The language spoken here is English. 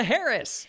Harris